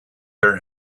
her